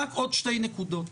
רק עוד שתי נקודות.